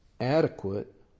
adequate